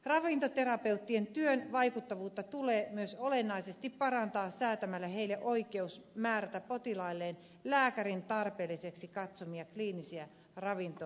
ravintoterapeuttien työn vaikuttavuutta tulee myös olennaisesti parantaa säätämällä heille oikeus määrätä potilailleen lääkärin tarpeellisiksi katsomia kliinisiä ravintovalmisteita